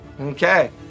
Okay